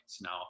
Now